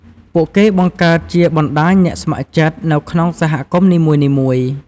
ពួកគេបង្កើតជាបណ្តាញអ្នកស្ម័គ្រចិត្ត នៅក្នុងសហគមន៍នីមួយៗ។